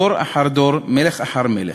דור אחר דור, מלך אחר מלך.